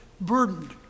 burdened